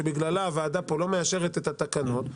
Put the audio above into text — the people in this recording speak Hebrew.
שבגללה הוועדה פה לא מאשרת את התקנות,